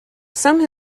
some